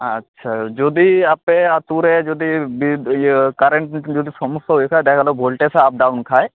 ᱟᱪᱷᱟ ᱡᱩᱫᱤ ᱟᱯᱮ ᱟᱛᱳ ᱨᱮ ᱡᱩᱫᱤ ᱵᱤᱫ ᱤᱭᱟᱹ ᱠᱟᱨᱮᱱᱴ ᱡᱩᱫᱤ ᱥᱚᱢᱳᱥᱟ ᱦᱩᱭᱩᱜ ᱠᱷᱟᱡ ᱫᱮᱠᱷᱟ ᱜᱮᱞᱳ ᱵᱷᱳᱞᱴᱮᱡᱮ ᱟᱯᱰᱟᱣᱩᱱ ᱠᱷᱟᱡ